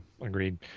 agreed